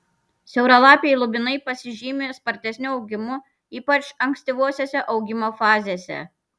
siauralapiai lubinai pasižymi spartesniu augimu ypač ankstyvosiose augimo fazėse